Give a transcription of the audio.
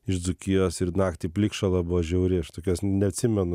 iš dzūkijos ir naktį plikšala buvo žiauri aš tokios neatsimenu